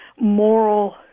moral